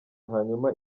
hanyuma